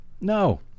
no